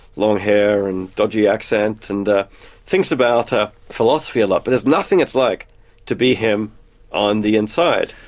long hair and dodgy accent, and thinks about ah philosophy a lot, but there's nothing it's like to be him on the inside.